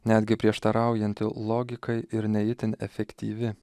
netgi prieštaraujanti logikai ir ne itin efektyvi